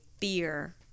fear